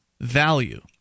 value